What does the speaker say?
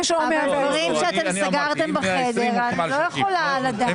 על דברים שאתם סגרתם בחדר, אני לא יכולה לדעת.